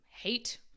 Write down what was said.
hate